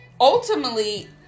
ultimately